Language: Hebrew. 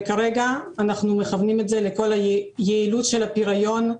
וכרגע אנחנו מכוונים את זה ליעילות של הפריון,